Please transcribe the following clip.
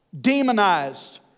demonized